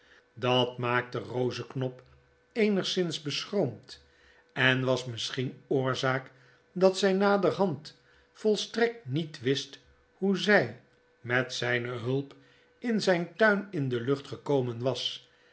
dat maakte eoseknop eenigszins beschroomd en was misschien oorzaak dat zy naderhand volstrekt niet wist hoe zy met zyne hulp in zyn tuin in de lucht gekomen was